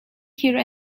here